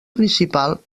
principal